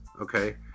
okay